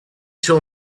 till